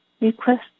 request